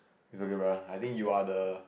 it's okay brother I think you are the